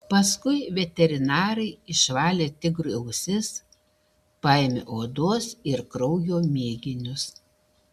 paskui veterinarai išvalė tigrui ausis paėmė odos ir kraujo mėginius